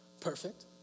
Perfect